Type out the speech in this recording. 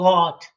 God